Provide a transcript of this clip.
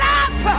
up